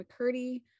McCurdy